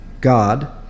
God